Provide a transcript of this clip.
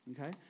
okay